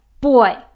boy